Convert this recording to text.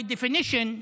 by definition,